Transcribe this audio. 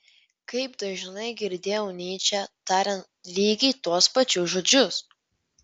kaip dažnai girdėjau nyčę tariant lygiai tuos pačius žodžius